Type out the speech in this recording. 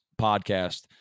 podcast